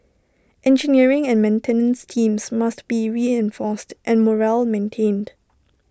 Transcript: engineering and maintenance teams must be reinforced and morale maintained